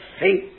faith